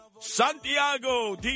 Santiago